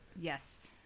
yes